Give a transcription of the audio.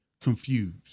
confused